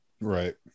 Right